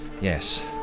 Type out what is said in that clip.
Yes